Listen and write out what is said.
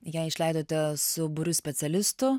ją išleidote su būriu specialistų